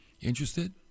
Interested